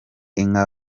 inka